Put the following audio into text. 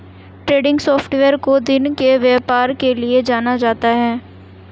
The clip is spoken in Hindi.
ट्रेंडिंग सॉफ्टवेयर को दिन के व्यापार के लिये जाना जाता है